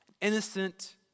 innocent